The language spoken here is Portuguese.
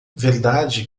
verdade